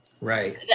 Right